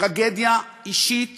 טרגדיה אישית